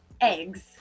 Eggs